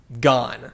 gone